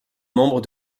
membres